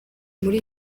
muri